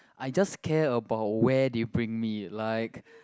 I just care about where they bring me like